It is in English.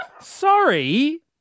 sorry